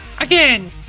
again